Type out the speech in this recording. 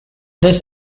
this